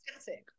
static